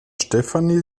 stefanie